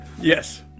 Yes